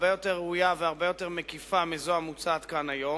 הרבה יותר ראויה והרבה יותר מקיפה מזאת שמוצעת פה היום.